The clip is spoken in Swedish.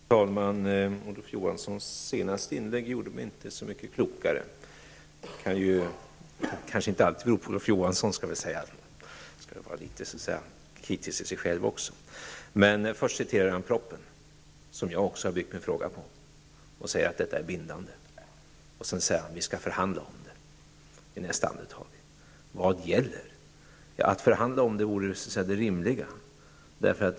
Herr talman! Olof Johanssons senaste inlägg gjorde mig inte så mycket klokare. Det skall sägas att det kanske inte helt berodde på Olof Johansson, man skall ju också vara litet självkritisk. Han citerade först ur proppositionen, som jag också har byggt min fråga på, och säger att dessa krav är bindande. Sedan säger han i nästa andetag: Vi skall förhandla om detta. Vad gäller? Det rimliga vore att förhandla.